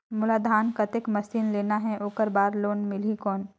मोला धान कतेक मशीन लेना हे ओकर बार लोन मिलही कौन?